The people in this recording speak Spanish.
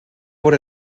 por